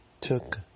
took